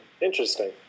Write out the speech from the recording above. Interesting